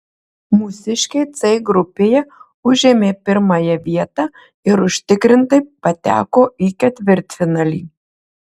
mūsiškiai c grupėje užėmė pirmąją vietą ir užtikrintai pateko į ketvirtfinalį